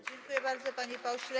Dziękuję bardzo, panie pośle.